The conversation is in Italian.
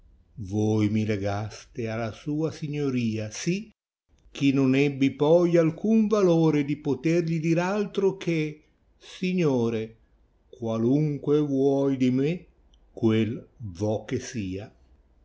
toi mi legaste a la sua signoria si chtnon ebbi poi alcun valore di potergli dir altro che signore qualunque vuoi di me quel vo che sia